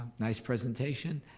nice presentation.